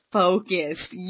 focused